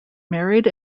married